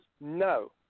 no